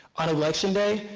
on election day,